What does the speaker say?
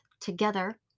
together